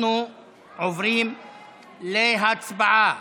אנחנו עוברים להצבעה.